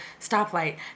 stoplight